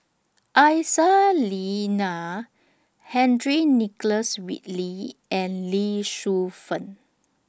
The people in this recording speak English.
Aisyah Lyana Henry Nicholas Ridley and Lee Shu Fen